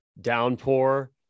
downpour